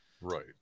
Right